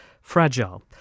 fragile